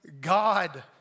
God